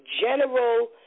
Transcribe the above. general